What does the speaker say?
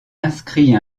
inscrit